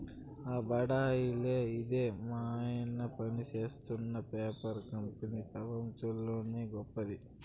ఆ బడాయిలే ఇదే మాయన్న పనిజేత్తున్న పేపర్ కంపెనీ పెపంచంలోనే గొప్పది